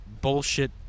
bullshit